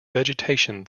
vegetation